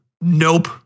Nope